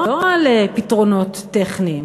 לא על פתרונות טכניים.